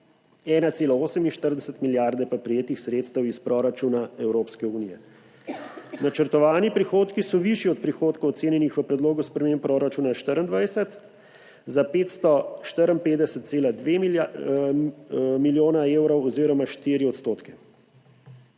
1,48 milijarde pa prejetih sredstev iz proračuna Evropske unije. Načrtovani prihodki so višji od prihodkov ocenjenih v predlogu sprememb proračuna 24 za 554,2 milijona evrov oziroma 4 odstotke.